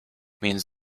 means